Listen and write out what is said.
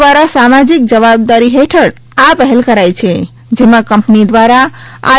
દ્વારાસામાજિક જવાબદારી હેઠળ આપહેલ કરાઇ છે જેમાં કંપની દ્વારા આઈ